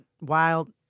wild